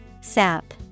Sap